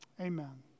Amen